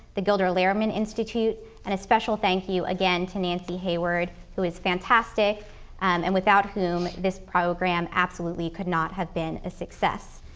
the gilder lehrman institute, and a special thank you again to nancy hayward who is fantastic and without whom this program absolutely could not have been a success.